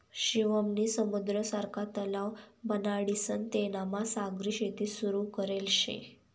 शिवम नी समुद्र सारखा तलाव बनाडीसन तेनामा सागरी शेती सुरू करेल शे